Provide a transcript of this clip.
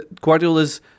Guardiola's